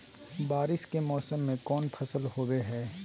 बारिस के मौसम में कौन फसल होबो हाय?